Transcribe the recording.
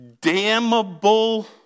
damnable